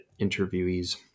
interviewees